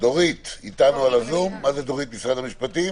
בשלב ראשון.